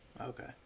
Okay